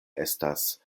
estas